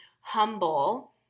humble